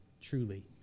truly